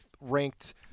ranked